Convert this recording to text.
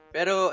Pero